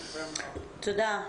תודה.